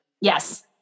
yes